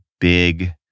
big